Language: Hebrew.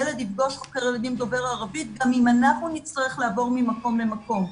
ילד יפגוש חוקר ילדים דובר ערבית גם אם אנחנו נצטרך לעבור ממקום למקום,